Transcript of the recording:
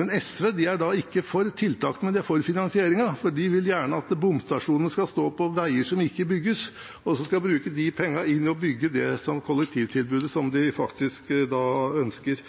SV er ikke for tiltakene, men de er for finansieringen, for de vil gjerne at bomstasjonene skal stå på veier som ikke bygges, og så skal man bruke de pengene til å bygge det kollektivtilbudet de faktisk ønsker.